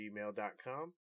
gmail.com